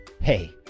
Hey